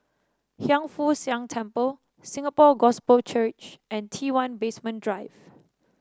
Hiang Foo Siang Temple Singapore Gospel Church and T one Basement Drive